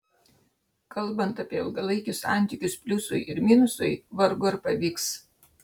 kalbant apie ilgalaikius santykius pliusui ir minusui vargu ar pavyks